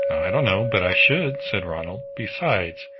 i don't know, but i should, said ronald. besides,